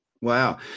wow